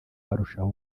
barushaho